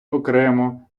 окремо